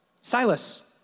silas